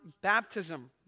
baptism